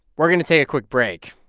we're going to take a quick break.